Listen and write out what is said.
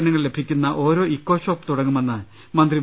ന്നങ്ങൾ ലഭിക്കുന്ന ഓരോ ഇക്കോഷോപ്പ് തുടങ്ങുമെന്ന് മന്ത്രി വി